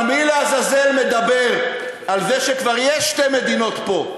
אבל מי לעזאזל מדבר על זה שכבר יש שתי מדינות פה,